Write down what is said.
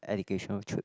educational trips